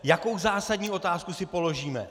Jakou zásadní otázku si položíme?